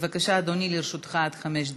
בבקשה, אדוני, לרשותך עד חמש דקות.